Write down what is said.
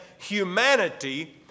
humanity